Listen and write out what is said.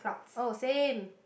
oh same